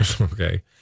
Okay